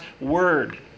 Word